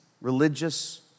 religious